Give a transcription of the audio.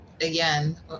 again